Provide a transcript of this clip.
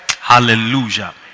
Hallelujah